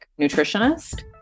nutritionist